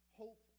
hope